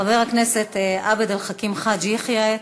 חבר הכנסת עבד אל חכים חאג' יחיא,